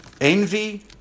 envy